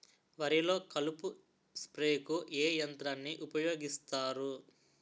వరిలో కలుపు స్ప్రేకు ఏ యంత్రాన్ని ఊపాయోగిస్తారు?